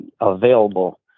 available